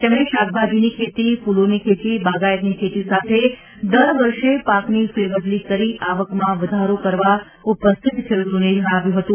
તેમકો શાકભાજીની ખેતી ફુલોની ખેતી બાગાયતની ખેતી સાથે દર વર્ષે પાકની ફેરબદલી કરી આવકમાં વધારો કરવા ઉપસ્થિત ખેડ્રતોને જજ્ઞાવ્યું હતું